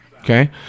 Okay